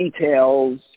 details